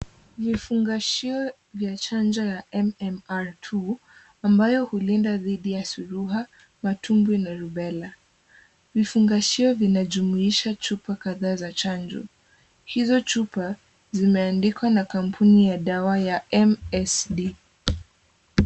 Vifungashio vya chanjo ya MMR-II, ambayo hulinda dhidi ya surua, matumbwi na rubella. Vifungashio vinajumuisha chupa kadhaa za chanjo. Hizo chupa zimeandikwa na kampuni ya dawa ya MSD.